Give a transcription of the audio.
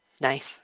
Nice